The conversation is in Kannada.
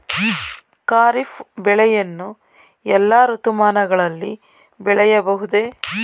ಖಾರಿಫ್ ಬೆಳೆಯನ್ನು ಎಲ್ಲಾ ಋತುಮಾನಗಳಲ್ಲಿ ಬೆಳೆಯಬಹುದೇ?